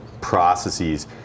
processes